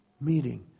meeting